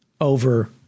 over